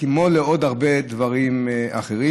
כמו לעוד הרבה דברים אחרים.